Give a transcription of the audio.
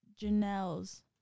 Janelle's